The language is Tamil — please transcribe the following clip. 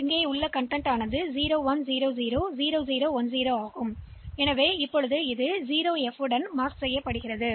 எனவே பதிவுசெய்யப்பட்ட B இன் உள்ளடக்கத்தை மீண்டும் பதிவு A க்கு நகர்த்துவோம் இப்போது உடனடியாக 0 HX ஐ முடிக்கிறோம்